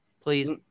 please